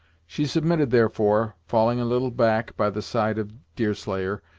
she submitted therefore, falling a little back by the side of deerslayer,